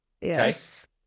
Yes